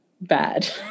bad